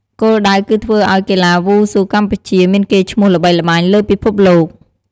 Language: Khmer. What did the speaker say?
គោលដៅគឺធ្វើឲ្យកីឡាវ៉ូស៊ូកម្ពុជាមានកេរ្តិ៍ឈ្មោះល្បីល្បាញលើពិភពលោក។